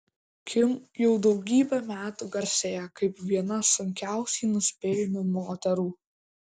kim jau daugybę metų garsėja kaip viena sunkiausiai nuspėjamų moterų